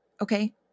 Okay